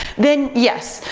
then, yes,